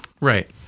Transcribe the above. Right